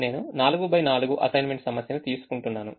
నేను 44 అసైన్మెంట్ సమస్యను తీసుకుంటున్నాను